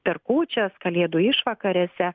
per kūčias kalėdų išvakarėse